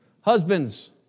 Husbands